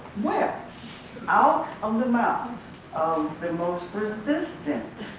yeah out of the mouth of the most resistant,